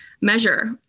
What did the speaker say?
measure